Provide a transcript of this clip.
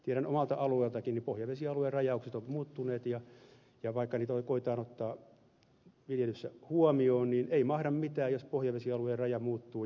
tiedän omalta alueeltakin että pohjavesialuerajaukset ovat muuttuneet ja vaikka niitä koetetaan ottaa viljelyssä huomioon niin ei mahda mitään jos pohjavesialueraja muuttuu